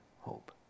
hope